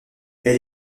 elle